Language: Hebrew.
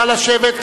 נא לשבת,